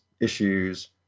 issues